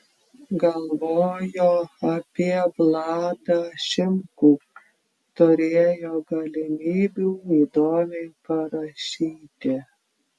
galvojo apie vladą šimkų turėjo galimybių įdomiai parašyti